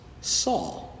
Saul